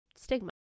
stigma